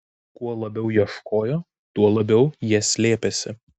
kuo labiau ieškojo tuo labiau jie slėpėsi